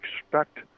expect